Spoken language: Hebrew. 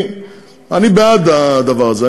אני בעד הדבר הזה.